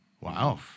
Wow